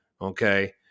okay